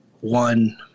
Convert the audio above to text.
One